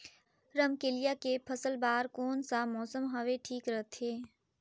रमकेलिया के फसल बार कोन सा मौसम हवे ठीक रथे?